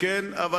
אדוני היושב-ראש,